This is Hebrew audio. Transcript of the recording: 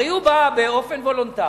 הרי הוא בא באופן וולונטרי